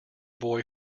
boy